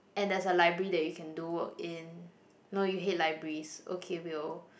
and there's a library that you can do work in no you hate libraries okay we'll